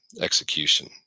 execution